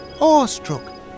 awestruck